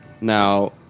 Now